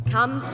Come